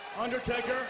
Undertaker